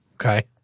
Okay